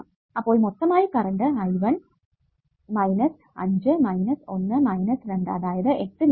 അപ്പോൾ മൊത്തമായി current I 1 5 1 2 അതായതു 8 മില്ലിA